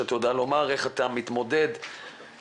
יכול להיות שזה קורה.